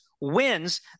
wins